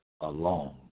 alone